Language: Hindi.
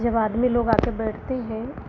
जब आदमी लोग आकर बैठते हैं